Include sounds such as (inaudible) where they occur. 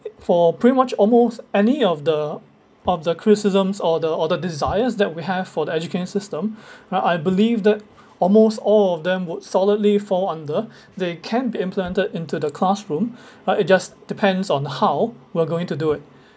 for pretty much almost any of the of the criticisms or the or the desires that we have for the education system (breath) now I believe that almost all of them would solidly fall under (breath) they can be implemented into the classroom (breath) but it just depends on how we're going to do it